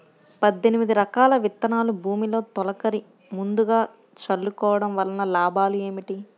పద్దెనిమిది రకాల విత్తనాలు భూమిలో తొలకరి ముందుగా చల్లుకోవటం వలన లాభాలు ఏమిటి?